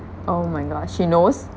oh my god she knows